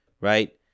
Right